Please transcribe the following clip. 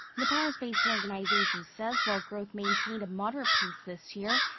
the paris-based organization says while growth maintained a moderate pace this year.